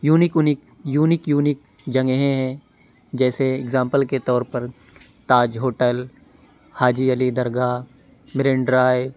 unique unique unique unique جنگہیں ہیں جیسے اگزامپل کے طور پر Taj hotel Haji Ali Dargah Marine Drive